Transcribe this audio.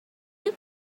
you